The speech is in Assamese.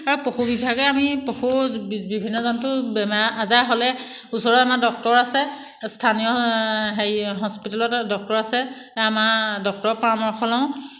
আৰু পশু বিভাগে আমি পশু বিভিন্ন জন্তু বেমাৰ আজাৰ হ'লে ওচৰৰ আমাৰ ডক্তৰ আছে স্থানীয় হেৰি হস্পিটেলত ডক্তৰ আছে আমাৰ ডক্তৰৰ পৰামৰ্শ লওঁ